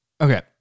Okay